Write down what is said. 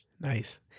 Nice